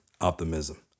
Optimism